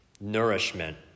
nourishment